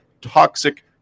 toxic